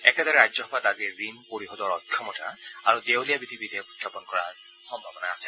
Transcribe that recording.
একেদৰে ৰাজ্যসভাত আজি ঋণ পৰিশোধৰ অক্ষমতা আৰু দেওলীয়া বিধি বিধেয়ক উখাপন কৰাৰ সম্ভাৱনা আছে